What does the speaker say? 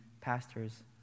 pastors